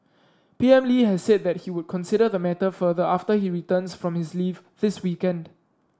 P M Lee has said that he would consider the matter further after he returns from his leave this weekend